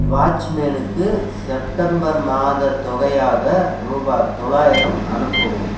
வாட்ச்மேனுக்கு September மாதத் தொகையாக ரூபாய் தொள்ளாயிரம் அனுப்பவும்